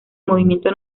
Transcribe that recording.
movimiento